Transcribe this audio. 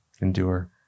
Endure